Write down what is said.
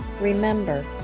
Remember